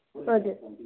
हजुर